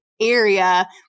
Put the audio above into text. area